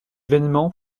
vainement